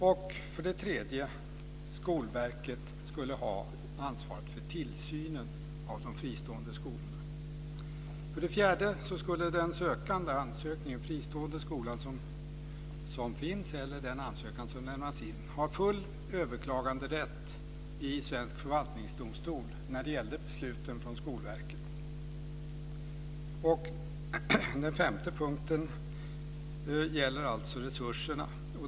Den tredje var att Skolverket skulle ha ansvaret för tillsynen av de fristående skolorna. Den fjärde var att en ansökan som lämnas in om en fristående skola, eller från en sådan som finns, skulle ha full överklaganderätt i svensk förvaltningsdomstol när det gällde besluten från Skolverket. Den femte var resurserna.